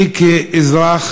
אני, כאזרח